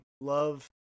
love